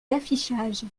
d’affichage